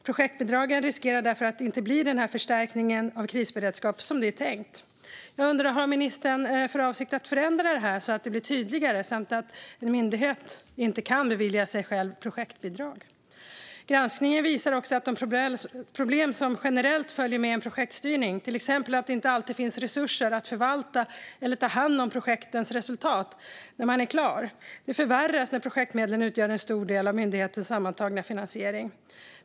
Projektbidragen riskerar därför att inte bli den förstärkning av krisberedskapen som det var tänkt. Jag undrar: Har ministern för avsikt att förändra detta, så att det blir tydligare att en myndighet inte ska kunna bevilja sig själv projektbidrag? Granskningen visar också att de problem som generellt följer med projektstyrning, till exempel att det inte alltid finns resurser att förvalta eller ta hand om projektens resultat när det hela är klart, förvärras när projektmedlen utgör en stor del av myndighetens sammantagna finansiering.